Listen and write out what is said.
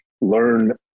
learn